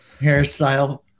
hairstyle